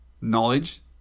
knowledge